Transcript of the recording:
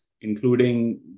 including